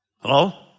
Hello